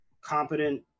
competent